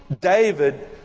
David